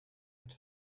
had